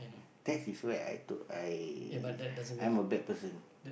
that is where I took I I'm a bad person